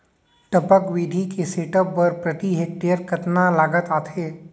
टपक विधि के सेटअप बर प्रति हेक्टेयर कतना लागत आथे?